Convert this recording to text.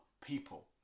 people